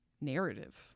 narrative